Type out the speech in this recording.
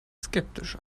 skeptisch